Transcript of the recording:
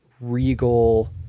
regal